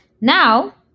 now